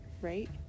right